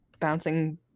bouncing